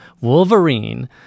Wolverine